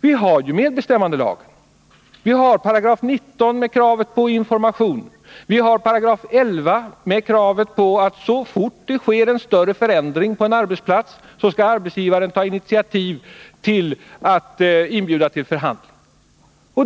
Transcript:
Vi har ju redan medbestämmandelagen, dess § 19 med rätten till information och § 11 med krav på att arbetsgivaren, så fort det sker en förändring på arbetsplatsen, skall ta initiativ till förhandling.